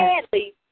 sadly